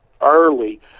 early